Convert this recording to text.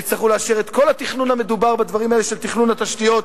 ויצטרכו לאשר את כל התכנון המדובר בדברים האלה של תכנון התשתיות,